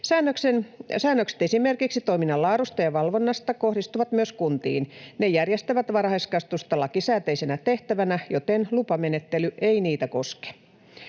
Säännökset esimerkiksi toiminnan laadusta ja valvonnasta kohdistuvat myös kuntiin. Ne järjestävät varhaiskasvatusta lakisääteisenä tehtävänä, joten lupamenettely ei niitä koske.